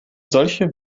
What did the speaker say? solche